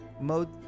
mode